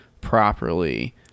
properly